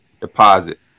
deposit